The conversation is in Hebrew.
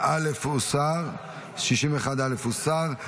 61 א' הוסרה.